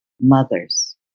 mothers